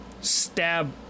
stab